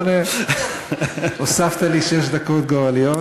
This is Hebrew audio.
בסדר, 17:38, הוספת לי שש דקות גורליות.